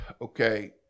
okay